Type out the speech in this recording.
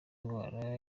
indwara